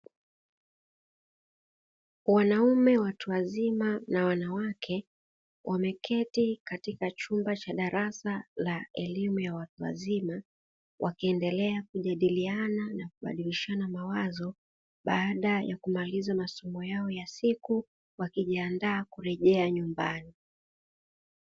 Wanaume watu wazima na wanawake wameketi katika chumba cha darasa la elimu ya watu wazima wakiendelea kujadiliana na kubadilishana mawazo, baada ya kumaliza masomo yao ya siku, wakijiandaa kurejea nyumbani.